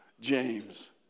James